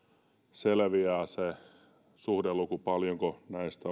selviää se suhdeluku paljonko näistä